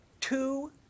two